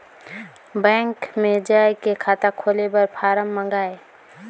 Bank मे जाय के खाता खोले बर फारम मंगाय?